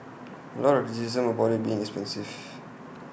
A lot of criticism about IT being expensive